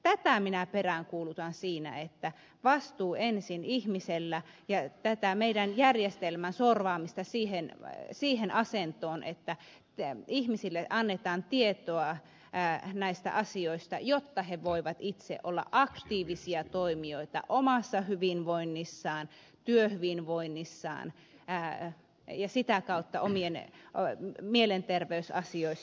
tätä minä peräänkuulutan siinä että vastuu ensin ihmisellä ja tätä meidän järjestelmän sorvaamista siihen asentoon että ihmisille annetaan tietoa näistä asioista jotta he voivat itse olla aktiivisia toimijoita omassa hyvinvoinnissaan työhyvinvoinnissaan ja sitä kautta mielenterveysasioissaan